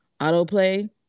autoplay